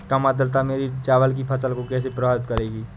कम आर्द्रता मेरी चावल की फसल को कैसे प्रभावित करेगी?